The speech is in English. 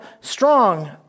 strong